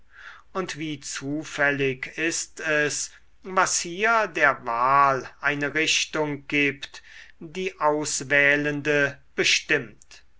und wie zufällig ist es was hier der wahl eine richtung gibt die auswählende bestimmt